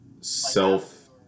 self